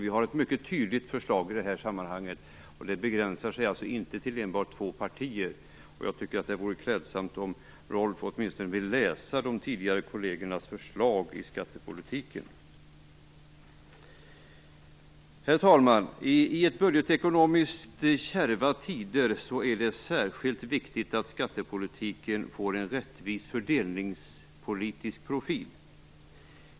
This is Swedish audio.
Vi har ett mycket tydligt förslag i det här sammanhanget, och det är alltså inte begränsat till enbart två partier. Det vore klädsamt om Rolf Kenneryd åtminstone ville läsa tidigare kollegers förslag om skattepolitiken. I budgetekonomiskt kärva tider är det särskilt viktigt att skattepolitiken får en rättvis fördelningspolitisk profil.